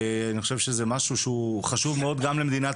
אני חושב שזה משהו שהוא חשוב מאוד גם למדינת